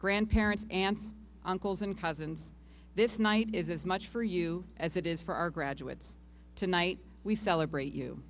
grandparents aunts uncles and cousins this night is as much for you as it is for our graduates tonight we celebrate you